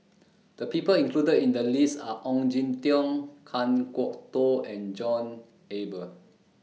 The People included in The list Are Ong Jin Teong Kan Kwok Toh and John Eber